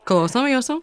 klausom jūsų